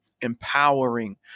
empowering